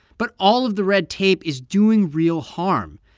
but all of the red tape is doing real harm.